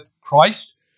Christ